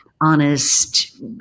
honest